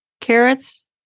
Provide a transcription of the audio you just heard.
carrots